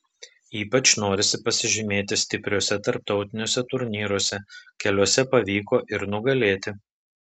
ypač norisi pasižymėti stipriuose tarptautiniuose turnyruose keliuose pavyko ir nugalėti